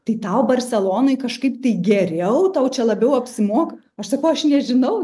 tai tau barselonoj kažkaip tai geriau tau čia labiau apsimoka aš sakau aš nežinau